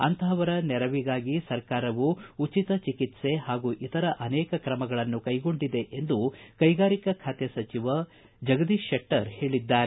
ಅಂತಹವರ ನೆರವಿಗಾಗಿ ಸರ್ಕಾರವು ಉಚಿತ ಚಿಕಿತ್ಸೆ ಹಾಗೂ ಇತರ ಅನೇಕ ಕ್ರಮಗಳನ್ನು ಕೈಗೊಂಡಿದೆ ಎಂದು ಕೈಗಾರಿಕಾ ಖಾತೆ ಸಚಿವ ಜಗದೀಶ್ ಶೆಟ್ಟರ್ ಹೇಳದ್ದಾರೆ